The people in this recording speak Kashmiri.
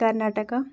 کَرناٹکا